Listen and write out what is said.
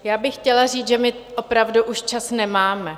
Já bych chtěla říct, že my opravdu už čas nemáme.